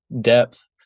depth